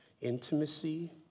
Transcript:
intimacy